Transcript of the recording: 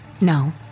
No